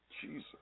Jesus